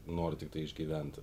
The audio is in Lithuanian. nori tiktai išgyventi